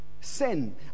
sin